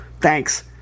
thanks